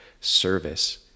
service